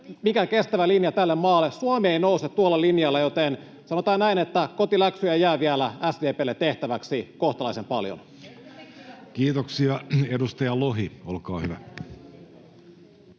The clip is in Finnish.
mikään kestävä linja tälle maalle. Suomi ei nouse tuolla linjalla, joten sanotaan näin, että kotiläksyjä jää vielä SDP:lle tehtäväksi kohtalaisen paljon. Kiitoksia. — Edustaja Lohi, olkaa hyvä.